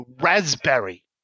raspberry